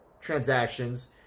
transactions